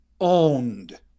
owned